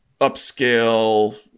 upscale